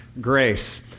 grace